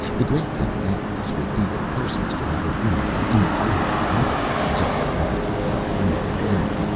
the great thing about this would be that persons could have a room on any floor they wanted it, so long as they got the room in the beginning.